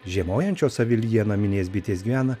žiemojančios avilyje naminės bitės gyvena